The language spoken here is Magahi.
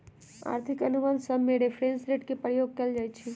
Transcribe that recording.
आर्थिक अनुबंध सभमें रेफरेंस रेट के प्रयोग कएल जाइ छइ